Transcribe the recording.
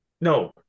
No